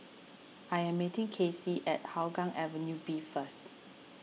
I am meeting Kaycee at Hougang Avenue B first